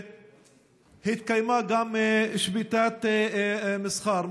והתקיימה גם שביתת מסחר.